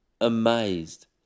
amazed